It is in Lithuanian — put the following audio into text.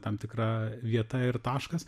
tam tikra vieta ir taškas